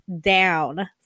down